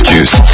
Juice